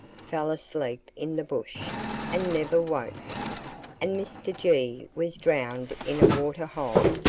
fell asleep in the bush and never woke and mr. g. was drowned in a waterhole.